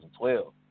2012